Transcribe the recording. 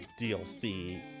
DLC